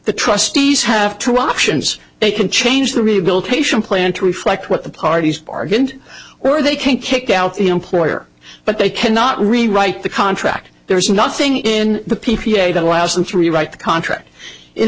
the trustees have two options they can change the rehabilitation plan to reflect what the parties bargained or they can't kick out the employer but they cannot rewrite the contract there's nothing in the p p a that allows them to rewrite the contract in